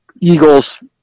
Eagles